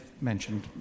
mentioned